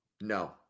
No